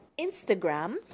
Instagram